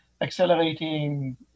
accelerating